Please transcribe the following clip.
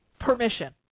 permission